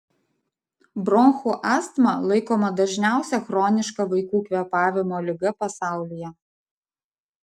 bronchų astma laikoma dažniausia chroniška vaikų kvėpavimo liga pasaulyje